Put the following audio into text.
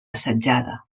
assetjada